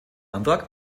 antrag